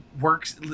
works